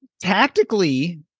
Tactically